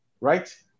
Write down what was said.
right